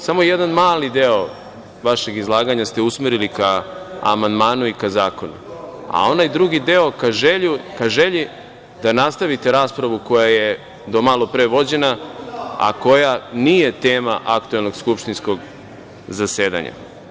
Samo jedan mali deo vašeg izlaganja ste usmerili ka amandmanu i ka zakonu, a onaj drugi deo ka želji da nastavite raspravu koja je do malopre vođena, a koja nije tema aktuelnog skupštinskog zasedanja.